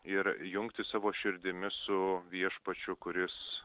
ir jungtis savo širdimi su viešpačiu kuris